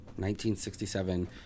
1967